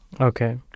okay